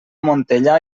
montellà